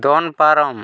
ᱫᱚᱱ ᱯᱟᱨᱚᱢ